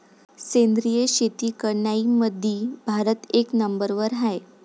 सेंद्रिय शेती करनाऱ्याईमंधी भारत एक नंबरवर हाय